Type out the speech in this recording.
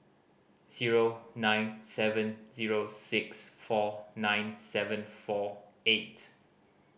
zero nine seven zero six four nine seven four eight